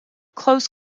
close